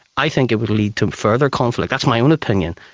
i think it would lead to further conflict. that's my own opinion,